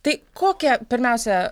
tai kokią pirmiausia